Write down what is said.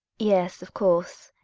yes, of course.